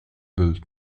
built